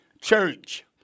church